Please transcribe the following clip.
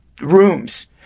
rooms